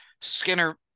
Skinner